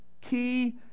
key